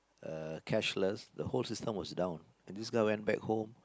uh cashless the whole system was down and this guy went back home